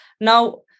now